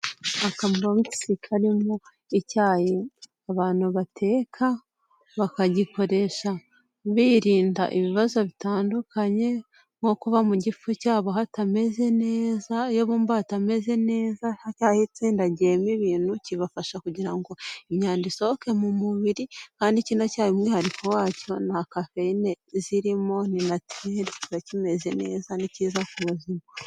Abogisi i karimo icyayi abantu bateka bakagikoresha birinda ibibazo bitandukanye nko kuba mu gifu cyabo hatameze neza iyo bumva batameze neza haba hatsindagiyemo ibintu kibafasha kugira ngo imyanda isohoke mu mubiri kandi kiacyari umwihariko wacyo na kafeyine zirimo ni natirere kiba kimeze neza ni cyiza ku buzima.